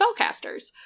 spellcasters